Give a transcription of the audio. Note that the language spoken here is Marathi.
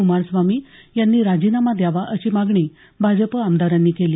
क्मारस्वामी यांनी राजीनामा द्यावा अशी मागणी भाजप आमदारांनी केली